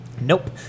nope